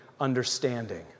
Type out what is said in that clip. understanding